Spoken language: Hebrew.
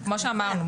כמו שאמרנו,